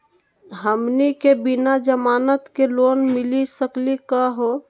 हमनी के बिना जमानत के लोन मिली सकली क हो?